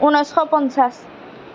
ঊনৈছশ পঞ্চাছ